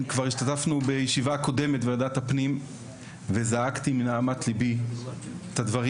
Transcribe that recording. כבר השתתפנו כבר בישיבה הקודמת ועדת הפנים וזעקתי מנהמת ליבי את הדברים,